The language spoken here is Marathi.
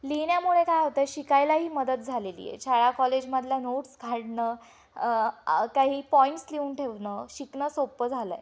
लिहिण्यामुळे काय होतं आहे शिकायलाही मदत झालेली आहे शाळा कॉलेजमधल्या नोट्स काढणं काही पॉईंट्स लिहून ठेवणं शिकणं सोपं झालं आहे